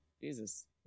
Jesus